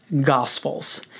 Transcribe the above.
gospels